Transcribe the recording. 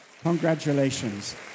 congratulations